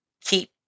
Keep